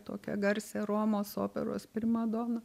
tokią garsią romos operos primadoną